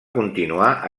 continuar